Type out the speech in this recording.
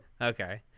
okay